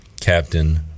Captain